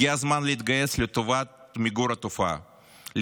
הגיע הזמן להתגייס לטובת מיגור התופעה,